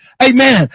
Amen